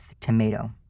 tomato